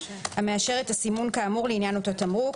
המאשר את הסימון כאמור לעניין אותו תמרוק.